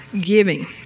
giving